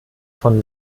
von